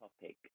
topic